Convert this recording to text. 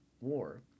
war